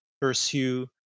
pursue